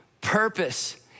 Purpose